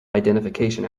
identification